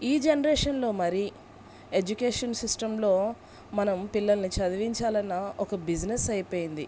ఈ జనరేషన్లో మరీ ఎడ్యుకేషన్ సిస్టంలో మనం పిల్లల్ని చదివించాలన్నా ఒక బిజినెస్ అయిపోయింది